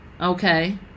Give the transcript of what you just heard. Okay